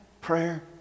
prayer